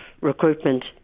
recruitment